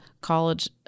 college